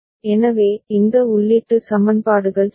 எனவே இந்த உள்ளீட்டு சமன்பாடுகள் சரி